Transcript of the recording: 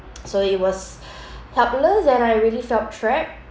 so it was helpless and I really felt trapped